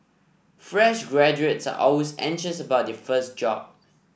fresh graduates are always anxious about their first job